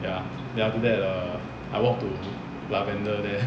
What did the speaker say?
ya then after that err I walk to lavender there